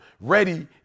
ready